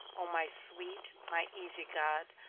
o my sweet, my easy god,